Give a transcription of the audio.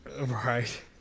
Right